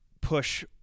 push